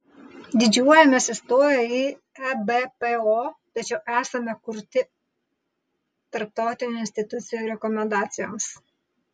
didžiuojamės įstoję į ebpo tačiau esame kurti tarptautinių institucijų rekomendacijoms